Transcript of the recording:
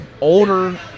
older